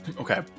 Okay